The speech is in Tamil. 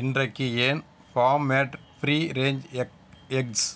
இன்றைக்கு ஏன் farm made free range egg X